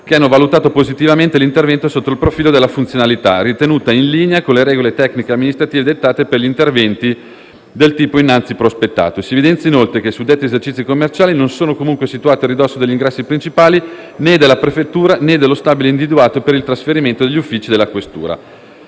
che hanno valutato positivamente l'intervento sotto il profilo della funzionalità, ritenuta in linea con le regole tecniche e amministrative dettate per gli interventi del tipo innanzi prospettato. Si evidenzia, inoltre, che i suddetti esercizi commerciali non sono comunque situati a ridosso degli ingressi principali, né della prefettura né dello stabile individuato per il trasferimento degli uffici della questura.